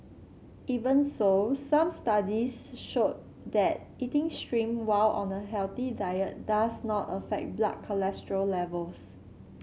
even so some studies show that eating shrimp while on a healthy diet does not affect blood cholesterol levels